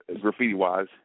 graffiti-wise